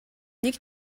нэг